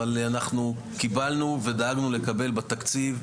אבל אנחנו קיבלנו ודאגנו לקבל בתקציב,